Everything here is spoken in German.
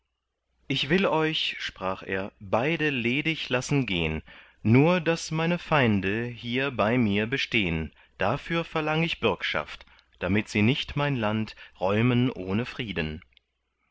ich will euch sprach er beide ledig lassen gehn nur daß meine feinde hier bei mir bestehn dafür verlang ich bürgschaft damit sie nicht mein land räumen ohne frieden